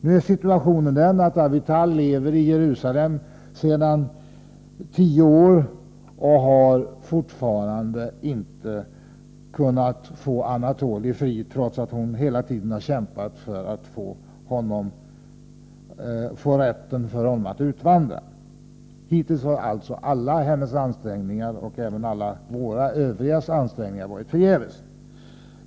Nu är situationen den att Avital lever i Jerusalem sedan tio år och ännu inte har kunnat få Anatolij fri, trots att hon hela tiden kämpat för hans rätt att få utvandra. Hittills har alltså alla hennes ansträngningar och även alla andras ansträngningar varit förgäves.